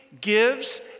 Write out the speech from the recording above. gives